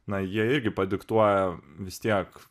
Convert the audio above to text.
na jie irgi padiktuoja vis tiek